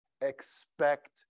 expect